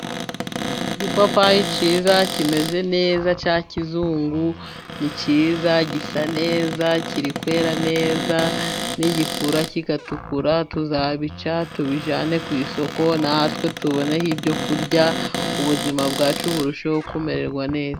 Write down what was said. Igipapayi cyiza kimeze neza cya kizungu, ni cyiza gisa neza kiri kwera neza nigikura kigatukura tuzabica tubijyane ku isoko natwe tuboneho ibyo kurya, ubuzima bwacu burusheho kumererwa neza.